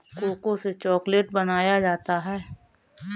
cocoa से chocolate बनाया जाता है